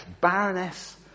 Baroness